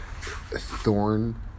thorn